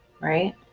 right